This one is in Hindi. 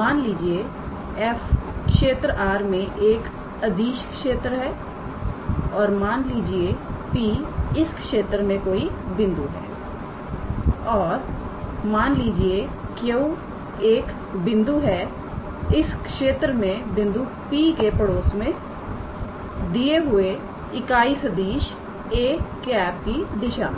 मान लीजिए 𝑓𝑥 𝑦 𝑧 क्षेत्र R में एक अदिश क्षेत्र है और मान लीजिए P इस क्षेत्र में कोई बिंदु है और मान लीजिए Q एक बिंदु है इस क्षेत्र में बिंदु P के पड़ोस में दिए हुए इकाई सदिश 𝑎̂ की दिशा में